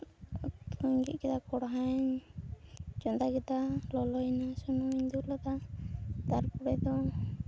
ᱩᱛᱩᱧ ᱜᱮᱫ ᱠᱮᱫᱟ ᱠᱚᱲᱦᱟᱧ ᱪᱚᱸᱫᱟ ᱠᱮᱫᱟ ᱞᱚᱞᱚᱭᱮᱱᱟ ᱥᱩᱱᱩᱢᱤᱧ ᱫᱩᱞᱟᱫᱟ ᱛᱟᱨᱯᱚᱨᱮ ᱫᱚ